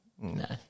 no